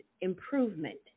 improvement